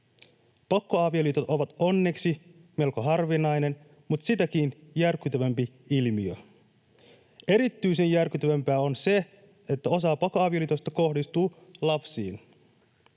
Pakkoavioliitot ovat onneksi melko harvinainen ilmiö, mutta sitäkin järkyttävämpi. Erityisen järkyttävämpää on se, että osa pakkoavioliitoista kohdistuu lapsiin.